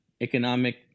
economic